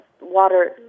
water